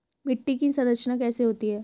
मिट्टी की संरचना कैसे होती है?